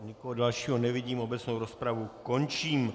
Nikoho dalšího nevidím, obecnou rozpravu končím.